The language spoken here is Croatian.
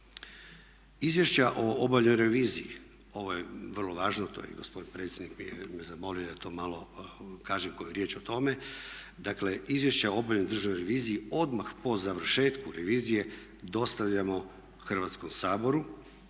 Izvješća o obavljenoj reviziji, ovo je vrlo važno, to je i gospodin predsjednik me zamolio da to malo kažem koju riječ o tome. Dakle, izvješća o obavljenoj državnoj reviziji odmah po završetku revizije dostavljamo Hrvatskom saboru